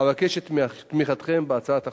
אבקש את תמיכתכם בהצעת החוק.